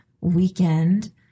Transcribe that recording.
weekend